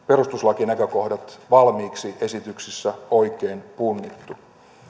perustuslakinäkökohdat valmiiksi esityksissä oikein punnittu